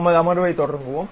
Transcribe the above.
நமது அமர்வைத் தொடங்குவோம்